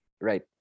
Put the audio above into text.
Right